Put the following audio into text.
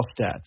stats